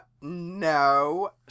no